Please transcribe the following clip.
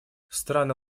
страны